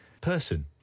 person